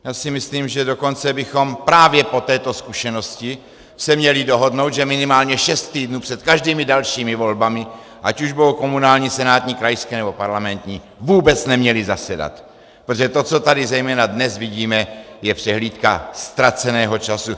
Já si myslím, že dokonce bychom se právě po této zkušenosti měli dohodnout, že bychom minimálně šest týdnů před každými dalšími volbami, ať už budou komunální, senátní, krajské nebo parlamentní, vůbec neměli zasedat, protože to, co tady zejména dnes vidíme, je přehlídka ztraceného času.